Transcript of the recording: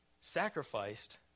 sacrificed